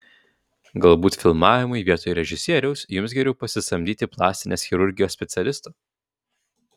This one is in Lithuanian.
galbūt filmavimui vietoj režisieriaus jums geriau pasisamdyti plastinės chirurgijos specialistą